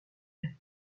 île